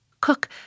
Cook